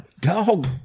dog